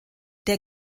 der